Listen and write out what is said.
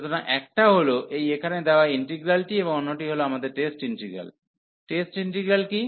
সুতরাং একটা হল এই এখানে দেওয়া ইন্টিগ্রালটি এবং অন্যটি হল আমাদের টেস্ট ইন্টিগ্রাল টেস্ট ইন্টিগ্রাল কী